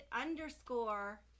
underscore